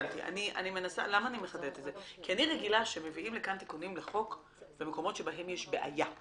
כי אני רגילה שמביאים לכאן תיקונים לחוק במקומות שבהם יש בעיה.